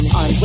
on